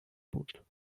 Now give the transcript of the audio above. بود